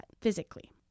physically